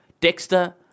Dexter